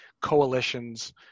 coalitions